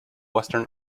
western